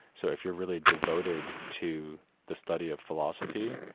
so if you're really devoted to the study of philosophy.